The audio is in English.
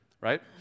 right